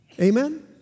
Amen